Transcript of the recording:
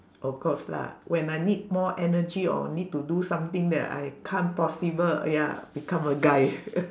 of course lah when I need more energy or need to do something that I can't possible ya become a guy